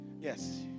Yes